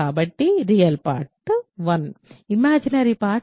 కాబట్టి real part 1 imaginary part 0